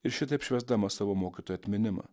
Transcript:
ir šitaip švęsdama savo mokytojo atminimą